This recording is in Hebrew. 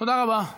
תודה רבה.